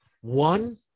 one-